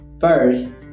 first